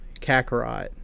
Kakarot